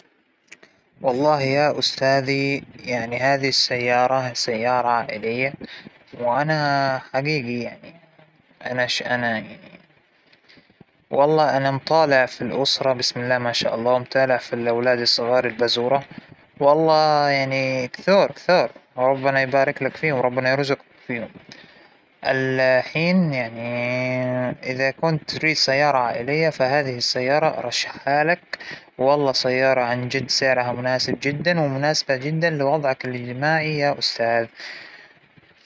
شوف هاى السيارة ما بنحكى فيها بس عن جمال التصميم وانسيابيته، عاد بعد بنحكي على سرعة وثبات على الطريق، ما شاء الله ما شاء الله أمان عالي جدا، كراسى مريحة، وفوق كل هذا جاهزة إنها تسير على الطريق سواء ممهد أو لا، ما يخالف غير إن السعرمناسب لكل الفئات.